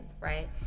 right